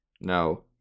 No